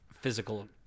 physical